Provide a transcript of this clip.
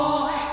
Boy